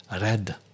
red